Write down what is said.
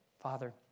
Father